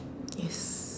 yes